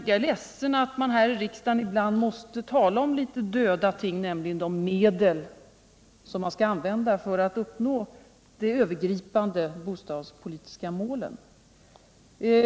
Jag är ledsen att man här i riksdagen ibland måste tala om ”döda ting”, nämligen de medel som man skall använda för att nå de övergripande bostadspolitiska målen.